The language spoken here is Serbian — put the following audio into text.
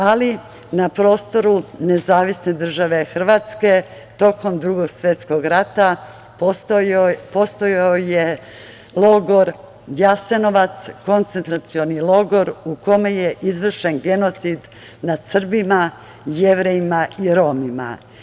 Ali, na prostoru NDH tokom Drugog svetskog rata postojao je logor Jasenovac, koncentracioni logor u kome je izvršen genocid nad Srbima, Jevrejima i Romima.